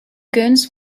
guns